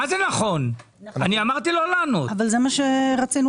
בתוך התקציב